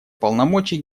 полномочий